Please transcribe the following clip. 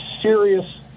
serious